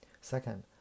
second